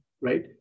right